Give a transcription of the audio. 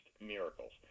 miracles